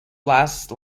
last